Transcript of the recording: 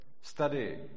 study